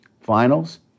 Finals